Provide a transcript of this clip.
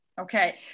Okay